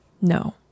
No